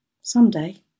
Someday